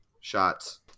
shots